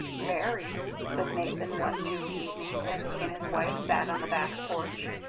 mary, said nathan one june evening, as he and his wife sat on the back porch,